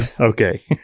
okay